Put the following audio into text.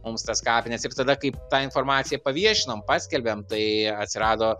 mums tas kapines ir tada kai tą informaciją paviešinom paskelbėm tai atsirado